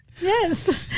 Yes